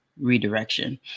redirection